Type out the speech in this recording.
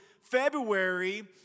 February